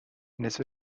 نصف